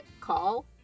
call